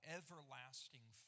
everlasting